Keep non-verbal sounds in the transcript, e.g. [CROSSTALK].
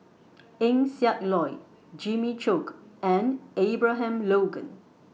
[NOISE] Eng Siak Loy Jimmy Chok and Abraham Logan